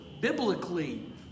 biblically